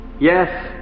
Yes